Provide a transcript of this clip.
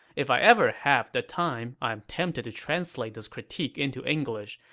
if i ever have the time, i'm tempted to translate this critique into english,